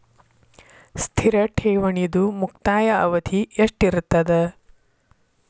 ಸ್ಥಿರ ಠೇವಣಿದು ಮುಕ್ತಾಯ ಅವಧಿ ಎಷ್ಟಿರತದ?